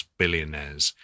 billionaires